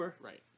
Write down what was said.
Right